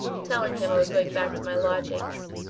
telling him i was going back to my lodgings.